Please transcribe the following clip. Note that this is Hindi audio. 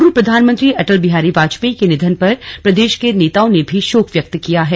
पूर्व प्रधानमंत्री अटल बिहारी वाजपेयी के निधन पर प्रदेश के नेताओं ने भी शोक व्यक्त किया है